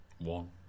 One